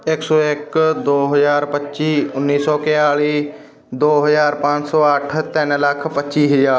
ਇੱਕ ਸੌ ਇੱਕ ਦੋ ਹਜ਼ਾਰ ਪੱਚੀ ਉੱਨੀ ਸੌ ਇਕਤਾਲੀ ਦੋ ਹਜ਼ਾਰ ਪੰਜ ਸੌ ਅੱਠ ਤਿੰਨ ਲੱਖ ਪੱਚੀ ਹਜ਼ਾਰ